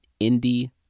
indie